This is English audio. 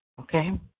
okay